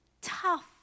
tough